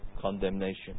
condemnation